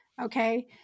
Okay